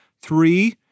three